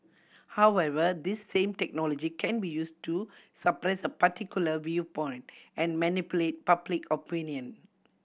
however this same technology can be used to suppress a particular viewpoint and manipulate public opinion